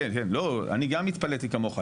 אני גם התפלאתי כמוך,